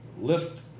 lift